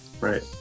Right